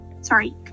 Sorry